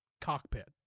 cockpit